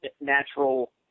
natural